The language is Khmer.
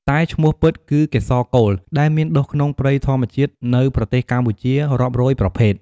តែឈ្មោះពិត គឺកេសរកូល ដែលមានដុះក្នុងព្រៃធម្មជាតិ នៅប្រទេសកម្ពុជារាប់រយប្រភេទ។